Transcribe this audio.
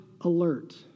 alert